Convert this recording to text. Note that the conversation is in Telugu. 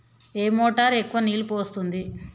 ఏ మోటార్ ఎక్కువ నీళ్లు పోస్తుంది?